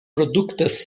produktas